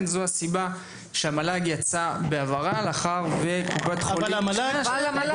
זו הסיבה שהמל"ג יצא בהבהרה לאחר שקופת חולים --- המל"ג